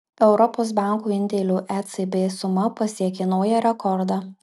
europos bankų indėlių ecb suma pasiekė naują rekordą